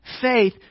faith